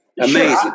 Amazing